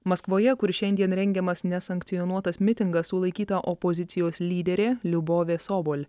maskvoje kur šiandien rengiamas nesankcionuotas mitingas sulaikyta opozicijos lyderė liubovė sobol